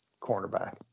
cornerback